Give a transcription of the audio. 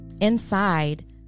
Inside